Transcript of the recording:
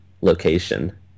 location